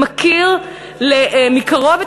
מכיר מקרוב את